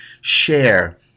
share